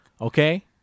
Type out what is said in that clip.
Okay